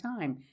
time